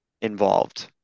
involved